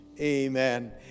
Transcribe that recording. amen